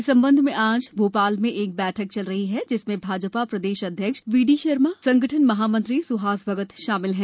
इस संबंध में आज भोपाल में एक बैठक चल रही है जिसमें भाजपा प्रदेश अध्यक्ष बी डी शर्मा संगठन महामंत्री सुहास भगत शामिल हैं